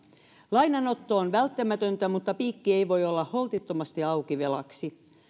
lainanotto on välttämätöntä mutta piikki ei voi olla holtittomasti auki velaksi